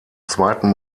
zweiten